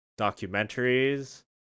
documentaries